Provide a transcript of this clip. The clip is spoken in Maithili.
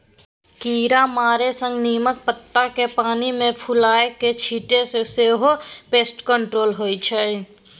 कीरामारा संगे नीमक पात केँ पानि मे फुलाए कए छीटने सँ सेहो पेस्ट कंट्रोल होइ छै